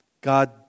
God